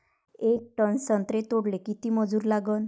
येक टन संत्रे तोडाले किती मजूर लागन?